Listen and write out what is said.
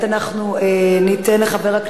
נתקבלה.